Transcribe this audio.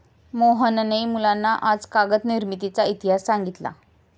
मोहनने मुलांना आज कागद निर्मितीचा इतिहास सांगितला